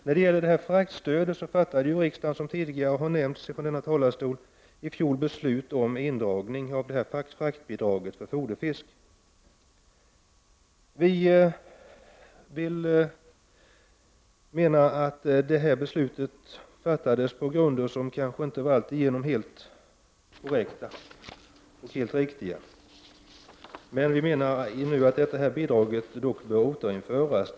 När det gäller fraktstödet fattade riksdagen, som tidigare har nämnts från denna talarstol, i fjol beslut om indragning av fraktbidrag för foderfisk. Vi anser att detta beslut fattades på delvis felaktiga grunder. Vi menar att detta bidrag bör återinföras.